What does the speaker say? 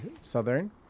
Southern